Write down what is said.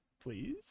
Please